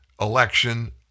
election